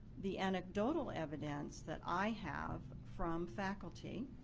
the anecdotal evidence that i have from faculty